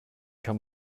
kann